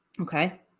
Okay